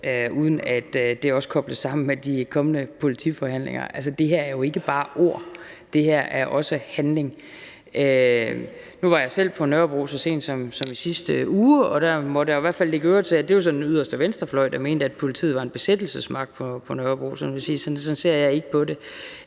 uden at det også kobles sammen med de kommende politiforhandlingerne. Altså, det her er jo ikke bare ord; det her er også handling. Nu var jeg selv på Nørrebro så sent som i sidste uge, og der måtte jeg i hvert fald lægge øre til – det var så den yderste venstrefløj, der mente det – at politiet var en besættelsesmagt på Nørrebro. Sådan ser jeg ikke på det.